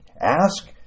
ask